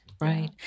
Right